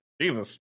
Jesus